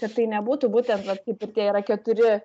ir tai nebūtų būtent vat kaip ir tie yra keturi